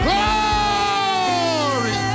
Glory